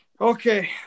Okay